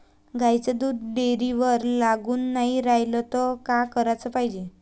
गाईचं दूध डेअरीवर लागून नाई रायलं त का कराच पायजे?